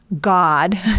God